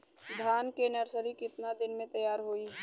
धान के नर्सरी कितना दिन में तैयार होई?